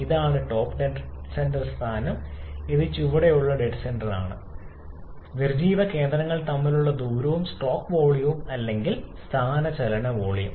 ഇതാണ് top dead centre സ്ഥാനം ഇത് ചുവടെയുള്ള ഡെഡ് സെന്റർ ആണ് സ്ഥാനവും നിർജ്ജീവ കേന്ദ്രങ്ങൾ തമ്മിലുള്ള ദൂരവും സ്ട്രോക്ക് വോളിയം അല്ലെങ്കിൽ സ്ഥാനചലന വോളിയം